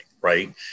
Right